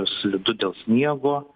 slidu dėl sniego